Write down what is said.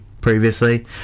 previously